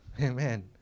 Amen